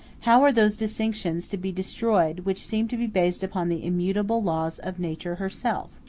how are those distinctions to be destroyed which seem to be based upon the immutable laws of nature herself?